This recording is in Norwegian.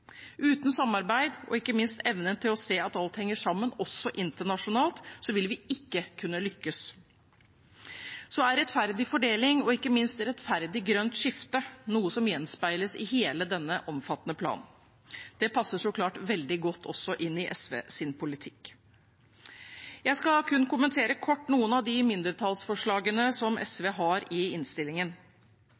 Uten samarbeid og ikke minst evne til å se at alt henger sammen, også internasjonalt, vil vi ikke kunne lykkes. Så er rettferdig fordeling og ikke minst et rettferdig grønt skifte noe som gjenspeiles i hele denne omfattende planen. Det passer så klart veldig godt også inn i SVs politikk. Jeg skal kun kommentere kort noen av de mindretallsforslagene SV har i innstillingen.